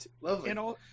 lovely